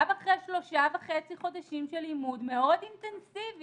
גם אחרי שלושה וחצי חודשים של לימוד מאוד אינטנסיביים